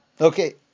Okay